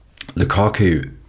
Lukaku